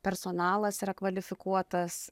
personalas yra kvalifikuotas